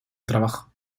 trabajo